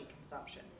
consumption